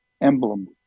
emblem